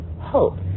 hope